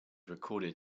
recorded